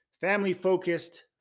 family-focused